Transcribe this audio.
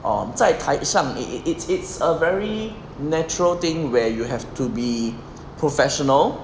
um 在台上 it it it's it's a very natural thing where you have to be professional